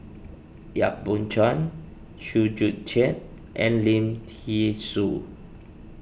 Yap Boon Chuan Chew Joo Chiat and Lim thean Soo